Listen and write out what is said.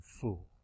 fool